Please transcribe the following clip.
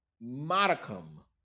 modicum